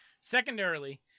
Secondarily